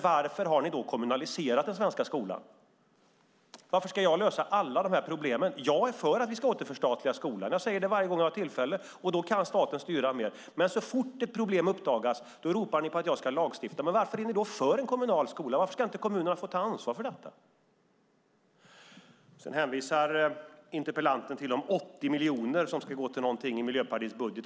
Varför har ni då kommunaliserat den svenska skolan? Varför ska jag lösa alla de här problemen? Jag är för att vi ska återförstatliga skolan. Det säger jag varje gång jag har tillfälle. Då kan staten styra mer. Men så fort ett problem uppdagas ropar ni på att jag ska lagstifta. Men varför är ni då för en kommunal skola? Varför ska inte kommunerna ta ansvar för detta? Interpellanten hänvisar sedan till 80 miljoner i Miljöpartiets budget.